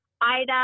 ida